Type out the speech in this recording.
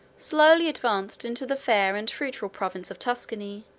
slowly advanced into the fair and fruitful province of tuscany,